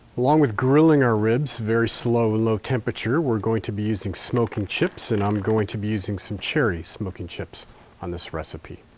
along with grilling our ribs, very slow low temperature, we're going to be using smoking chips and i'm going to be using some cherry smoking chips on this recipe.